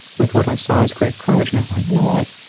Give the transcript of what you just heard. with what i saw as great courage. and i thought, you know what?